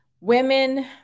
Women